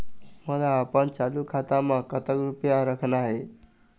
मोला अपन चालू खाता म कतक रूपया रखना हे?